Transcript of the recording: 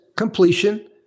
Completion